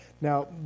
Now